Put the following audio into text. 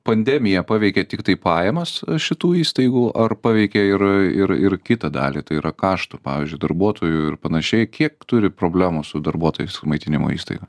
pandemija paveikė tiktai pajamas šitų įstaigų ar paveikė ir ir ir kitą dalį tai yra kaštų pavyzdžiui darbuotojų ir panašiai kiek turi problemų su darbuotojais maitinimo įstaiga